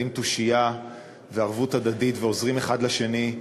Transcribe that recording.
תושייה וערבות הדדית ועוזרים אחד לשני.